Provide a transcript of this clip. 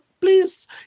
Please